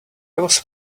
was